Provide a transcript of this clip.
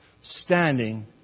Standing